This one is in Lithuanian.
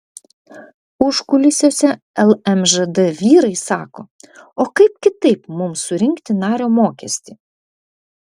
užkulisiuose lmžd vyrai sako o kaip kitaip mums surinkti nario mokestį